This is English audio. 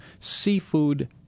seafood